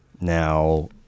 now